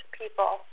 people